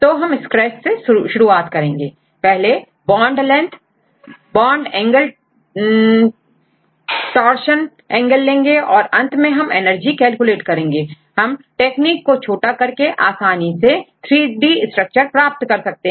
तो हम स्क्रैच से शुरुआत करेंगे पहले बॉन्ड लेंथ और बॉन्ड एंगल टार्जन एंगल लेंगे और अंत में हम एनर्जी कैलकुलेट करेंगे हम टेक्निक को छोटा करके आसानी से 3D स्ट्रक्चर प्राप्त कर सकते हैं